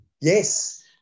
Yes